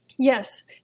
Yes